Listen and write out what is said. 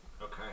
Okay